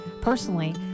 personally